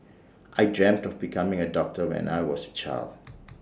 I dreamt of becoming A doctor when I was child